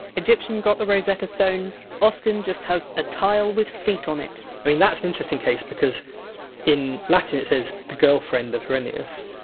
egyptian got the rosetta stone oscan just has a tile with feet on it that's an interesting case because in latin it says! the girlfriend of horennius!